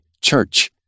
church